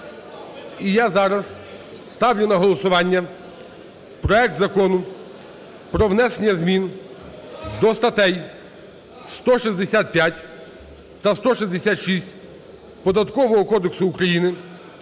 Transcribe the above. І я зараз ставлю на голосування проект Закону про внесення змін до статей 165 та 166 Податкового кодексу України